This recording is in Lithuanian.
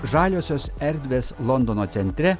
žaliosios erdvės londono centre